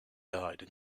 died